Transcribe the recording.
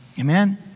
Amen